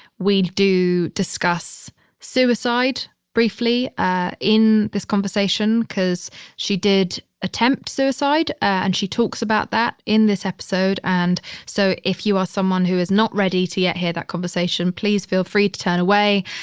we do discuss suicide briefly ah in this conversation because she did attempt suicide and she talks about that in this episode. and so if you are someone who is not ready to yet hear that conversation, please feel free to turn away.